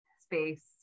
space